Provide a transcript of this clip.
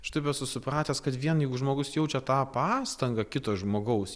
aš taip esu supratęs kad vien jeigu žmogus jaučia tą pastangą kito žmogaus